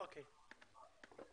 אוקיי.